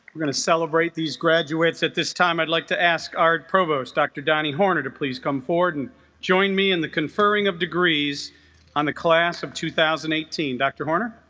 we're gonna celebrate these graduates at this time i'd like to ask art provost dr. donny horner to please come forward and join me in the conferring of degrees on the class of two thousand and eighteen dr. horner